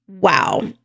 wow